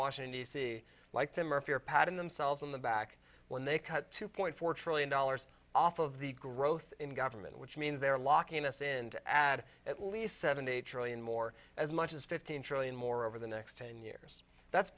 washington d c like tim murphy are patting themselves on the back when they cut two point four trillion dollars off of the growth in government which means they're locking us in to add at least seventy trillion more as much as fifteen trillion more over the next ten years that's